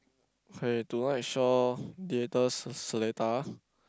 okay tonight Shaw-Theatres se~ Seletar